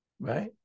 Right